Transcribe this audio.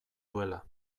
duela